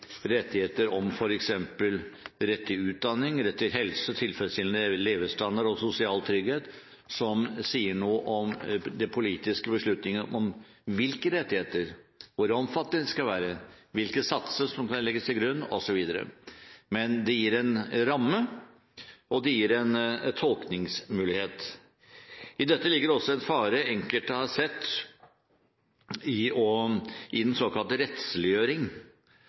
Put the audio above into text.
rettigheter om f.eks. rett til utdanning, rett til helse, rett til tilfredsstillende levestandard og sosial trygghet som sier noe om de politiske beslutningene om hvilke rettigheter, hvor omfattende de skal være, hvilke satser som skal legges til grunn osv. Men det gir en ramme, og det gir en tolkningsmulighet. I dette ligger det også en fare enkelte har sett, i den såkalte rettsliggjøring.